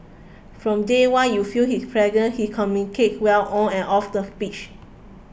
from day one you felt his presence he communicates well on and off the pitch